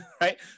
right